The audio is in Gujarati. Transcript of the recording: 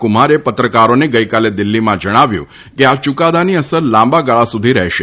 કુમારે પત્રકારોને ગઇકાલે દિલ્ફીમાં જણાવ્યું હતું કે આ યુકાદાની અસર લાંબાગાળા સુધી રહેશે